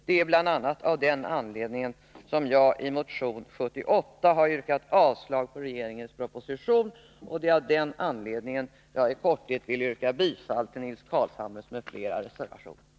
Det är bl.a. av den anledningen som jag i motion 1982/83:78 har yrkat avslag på regeringens Nr 49 proposition och som jag nu vill yrka bifall till reservationen av Nils